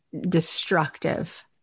destructive